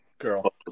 Girl